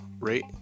rate